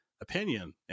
opinion